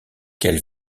qu’elle